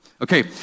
Okay